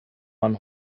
man